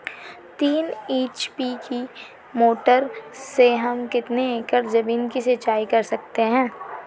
तीन एच.पी की मोटर से हम कितनी एकड़ ज़मीन की सिंचाई कर सकते हैं?